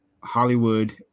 hollywood